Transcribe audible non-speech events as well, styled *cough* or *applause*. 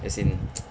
as in *noise*